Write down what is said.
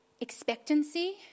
expectancy